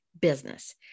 business